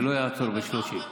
זה לא יעצור ב-30.